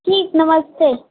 ठीक नमस्ते